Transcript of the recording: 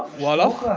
wolof,